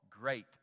great